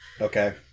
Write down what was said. Okay